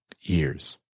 years